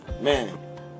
Man